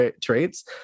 traits